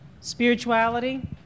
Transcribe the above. spirituality